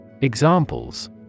Examples